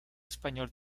español